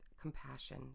compassion